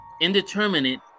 indeterminate